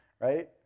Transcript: right